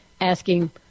asking